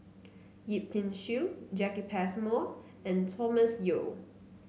Yip Pin Xiu Jacki Passmore and Thomas Yeo